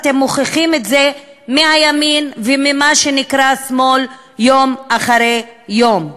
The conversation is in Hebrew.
אתם מוכיחים את זה מהימין וממה שנקרא שמאל יום אחרי יום.